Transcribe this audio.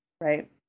right